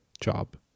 job